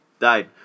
died